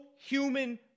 human